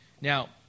Now